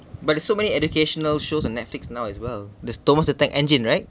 but it's so many educational shows on netflix now as well the thomas the tank engine right